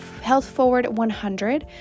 HEALTHFORWARD100